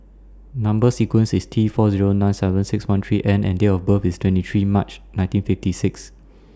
Number sequence IS T four Zero nine seven six one three N and Date of birth IS twenty three March nineteen fifty six